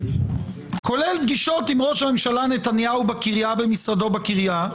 כולל פגישות עם ראש הממשלה נתניהו במשרדו בקריה.